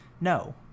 No